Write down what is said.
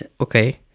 Okay